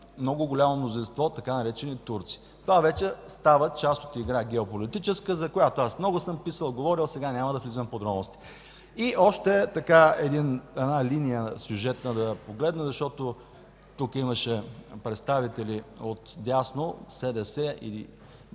много голямо мнозинство от така наречени „турци”. Това вече става част от геополитическа игра, за която аз много съм писал и говорил, сега няма да влизам в подробности. И още една сюжетна линия да погледна, защото тук имаше представители от дясно – СДС или